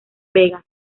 vegas